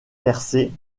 percer